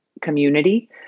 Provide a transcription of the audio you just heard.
community